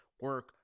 Work